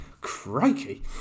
crikey